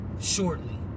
shortly